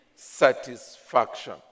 Satisfaction